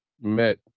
met